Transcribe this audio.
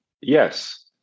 Yes